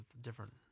different